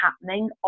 happening